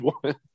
one